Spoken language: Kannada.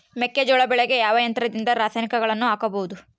ಮೆಕ್ಕೆಜೋಳ ಬೆಳೆಗೆ ಯಾವ ಯಂತ್ರದಿಂದ ರಾಸಾಯನಿಕಗಳನ್ನು ಹಾಕಬಹುದು?